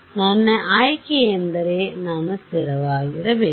ನನ್ನ ಆಯ್ಕೆಯೆಂದರೆ ನಾನು ಸ್ಥಿರವಾಗಿರಬೇಕು